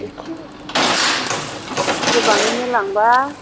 एसे गोबाङैनो लांबा